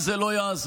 כי זה לא יעזור.